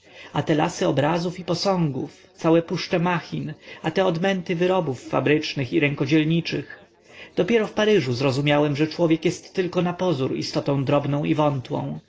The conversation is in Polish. a te lasy obrazów i posągów całe puszcze machin a te odmęty wyrobów fabrycznych i rękodzielniczych dopiero w paryżu zrozumiałem że człowiek jest tylko napozór istotą drobną i wątłą